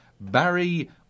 Barry